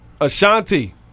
Ashanti